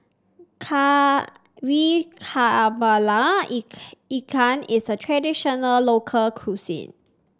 Kari kepala Ikan Ikan is a traditional local cuisine